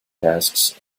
tasks